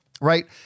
right